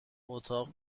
اتاق